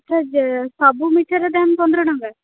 ମିଠା ଯେ ସବୁ ମିଠାର ଦାମ ପନ୍ଦର ଟଙ୍କା